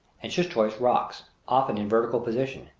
and schistose rocks, often in vertical position,